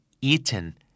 eaten